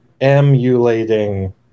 emulating